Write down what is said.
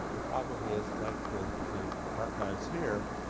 the problem is, like with the archives here,